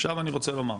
עכשיו אני רוצה לומר,